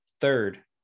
third